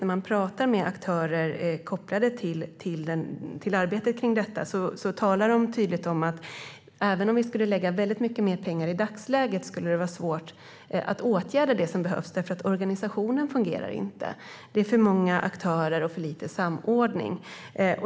När man talar med aktörer kopplade till arbetet med detta talar de samtidigt tydligt om att det skulle vara svårt att åtgärda det som behöver åtgärdas även om vi lade väldigt mycket mer pengar i dagsläget. Organisationen fungerar nämligen inte; det är för många aktörer och för lite samordning.